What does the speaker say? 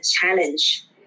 challenge